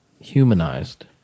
humanized